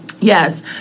yes